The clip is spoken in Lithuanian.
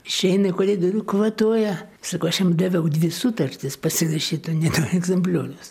išeina į koridorių kvatoja sako aš jam daviau dvi sutartis pasirašyt o ne du egzempliorius